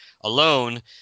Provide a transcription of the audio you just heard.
alone